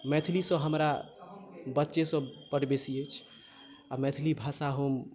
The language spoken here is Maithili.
मैथिलीसँ हमरा बच्चेसँ बड बेसी अछि आ मैथिली भाषा हम